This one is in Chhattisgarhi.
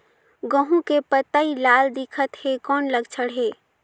गहूं के पतई लाल दिखत हे कौन लक्षण हे?